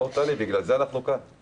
בגלל זה אנחנו כאן.